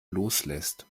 loslässt